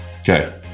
Okay